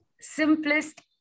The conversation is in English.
simplest